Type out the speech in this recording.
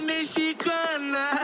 Mexicana